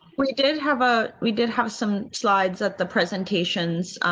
we did have a, we did have some slides at the presentations,